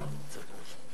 בכוונת משרדך לשנות